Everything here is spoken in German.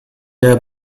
der